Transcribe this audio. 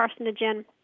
carcinogen